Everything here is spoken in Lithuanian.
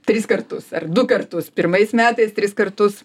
tris kartus ar du kartus pirmais metais tris kartus